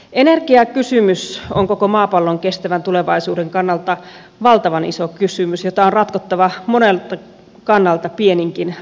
energiakysymys on koko maapallon kestävän tulevaisuuden kannalta valtavan iso kysymys jota on ratkottava monelta kannalta pieninkin askelin